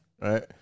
right